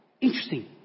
Interesting